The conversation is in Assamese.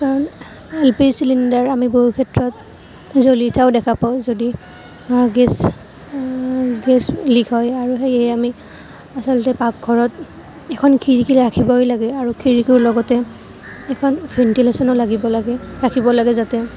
কাৰণ এল পি জি চিলিণ্ডাৰ আমি বহু ক্ষেত্ৰত জ্বলি উঠাও দেখা পাওঁ যদি গেছ গেছ লিক হয় আৰু সেয়েহে আমি আচলতে পাকঘৰত এখন খিৰিকী ৰাখিবই লাগে আৰু খিৰিকীও লগতে এখন ভেন্টিলেছনো লাগিব লাগে ৰাখিব লাগে যাতে